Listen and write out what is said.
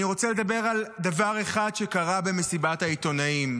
אני רוצה לדבר על דבר אחד שקרה במסיבת העיתונאים,